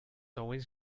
always